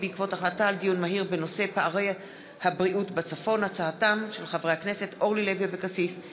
הקליטה והתפוצות בעקבות דיון מהיר בהצעתם של חברי הכנסת אלעזר שטרן